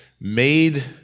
made